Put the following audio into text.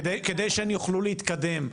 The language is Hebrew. כדי שהן יוכלו להתקדם.